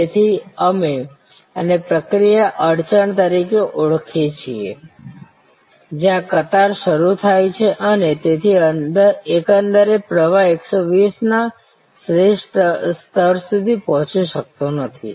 તેથી અમે આને પ્રક્રિયા અડચણ તરીકે ઓળખીએ છીએ જ્યાં કતાર શરૂ થાય છે અને તેથી એકંદર પ્રવાહ 120 ના શ્રેષ્ઠ સ્તર સુધી પહોંચી શકતો નથી